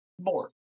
more